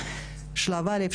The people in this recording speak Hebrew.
שלב א',